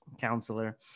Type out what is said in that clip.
counselor